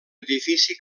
edifici